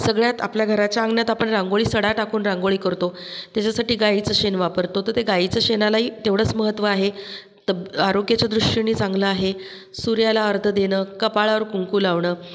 सगळ्यात आपल्या घराच्या अंगणात आपण रांगोळी सडा टाकून रांगोळी करतो त्याच्यासाठी गाईचं शेण वापरतो तर ते गाईच्या शेणालाही तेवढंच महत्त्व आहे तब आरोग्याच्या दृष्टीने चांगलं आहे सूर्याला आर्त देणं कपाळावर कुंकू लावणं